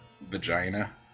vagina